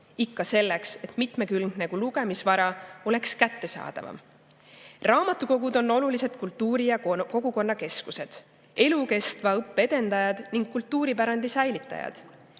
ikka selleks, et mitmekülgne lugemisvara oleks kättesaadavam. Raamatukogud on olulised kultuuri- ja kogukonnakeskused, elukestva õppe edendajad ning kultuuripärandi säilitajad.